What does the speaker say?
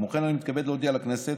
כמו כן, אני מתכבד להודיע לכנסת,